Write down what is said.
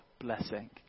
blessing